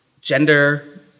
gender